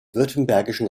württembergischen